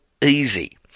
easy